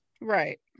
Right